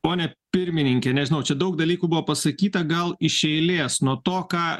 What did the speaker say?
pone pirmininke nežinau čia daug dalykų buvo pasakyta gal iš eilės nuo to ką